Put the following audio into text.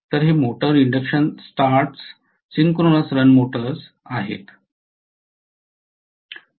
तर हे motors induction start synchronous run motors आहेत